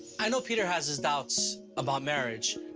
i know peter has his doubts about marriage.